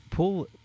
Pull